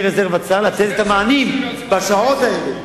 רזרבת שר ולתת את המענים בשעות האלה,